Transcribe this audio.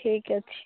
ଠିକ୍ ଅଛି